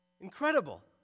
Incredible